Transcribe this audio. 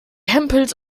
hempels